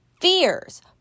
fears